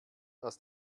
das